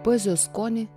poezijos skonį